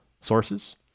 sources